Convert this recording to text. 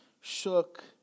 shook